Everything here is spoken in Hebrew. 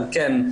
אבל כן,